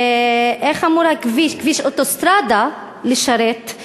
2. איך אמור הכביש, כביש אוטוסטרדה, לשרת את